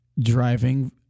driving